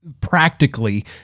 practically